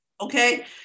okay